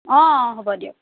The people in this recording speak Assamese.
অঁ হ'ব দিয়ক